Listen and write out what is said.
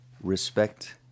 Respect